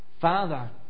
Father